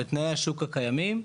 בתנאי השוק הקיימים.